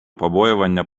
побоювання